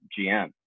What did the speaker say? GM